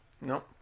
no